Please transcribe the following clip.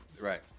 Right